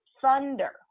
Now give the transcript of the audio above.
thunder